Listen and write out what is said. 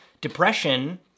Depression